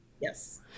Yes